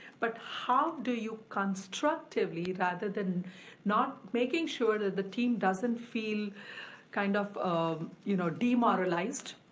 but how do you constructively rather than not, making sure that the team doesn't feel kind of of you know demoralized,